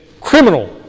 criminal